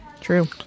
True